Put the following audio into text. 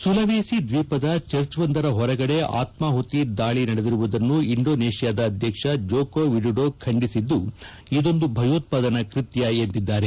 Sulawesi ದ್ವೀಪದ ಚರ್ಚ್ವೊಂದರ ಹೊರಗಡೆ ಆತ್ಮಾಪುತಿ ದಾಳಿ ನಡೆದಿರುವುದುನ್ನು ಇಂಡೋನೇಷ್ಠಾದ ಅಧ್ಯಕ್ಷ ಜೊಕೋ ವಿಡುಡೋ ಖಂಡಿಸಿದ್ದು ಇದೊಂದು ಭಯೋತ್ಪಾದನಾ ಕೃತ್ಯ ಎಂದಿದ್ದಾರೆ